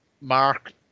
Mark